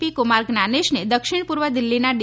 પી કુમાર જ્ઞાનેશને દક્ષિણ પૂર્વ દિલ્હીના ડી